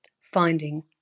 finding